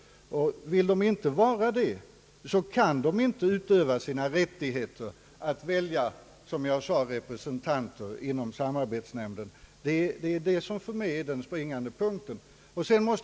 Vill de inte vara det, kan de inte utöva sina rättigheter att välja, som jag sade, representanter i samarbetsnämnden. Det är detta som för mig är den springande punkten.